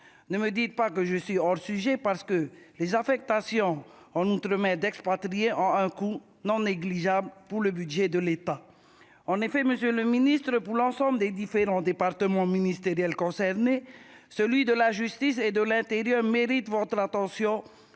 ne me dites pas que je suis hors sujet parce que les affectations en Outre-Mer d'expatriés ont un coût non négligeable pour le budget de l'est pas, en effet, Monsieur le Ministre, pour l'ensemble des différents départements ministériels concernés, celui de la justice et de l'Intérieur mérite votre attention